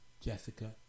Jessica